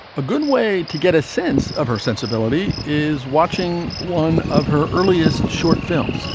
a good way to get a sense of her sensibility is watching one of her earliest short films